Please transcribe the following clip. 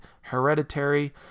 hereditary